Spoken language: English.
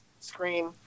screen